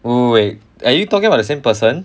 w~ wait are you talking about the same person